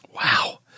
Wow